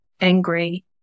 angry